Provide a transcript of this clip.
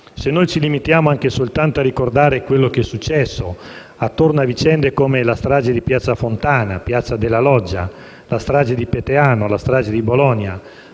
Se ci limitiamo anche soltanto a ricordare quello che è successo attorno a vicende come la strage di Piazza Fontana o di Piazza della Loggia, la strage di Peteano, la strage di Bologna,